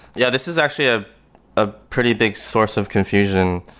yeah, this is actually ah a pretty big source of confusion.